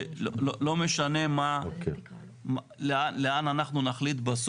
שלא משנה לאן אנחנו נחליט,